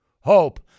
Hope